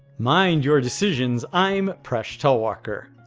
mind your decisions, i'm presh talwalkar.